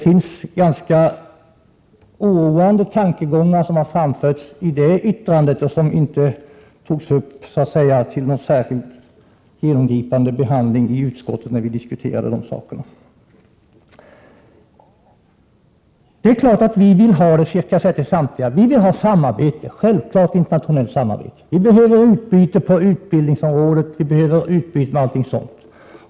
Oroväckande tankegångar har framförts i yttrandet, men dessa har inte behandlats på ett genomgripande sätt i utrikesutskottet. Självklart vill vi i vpk att Sverige skall ha internationellt samarbete. Det behövs ett utbyte på utbildningsområdet m.m.